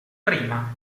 prima